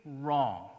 wrong